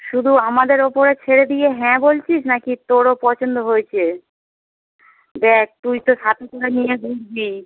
শুধু আমাদের ওপরে ছেড়ে দিয়ে হ্যাঁ বলছিস না কি তোরও পছন্দ হয়েছে দেখ তুই তো সাথে করে নিয়ে ঘুরবি